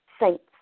saints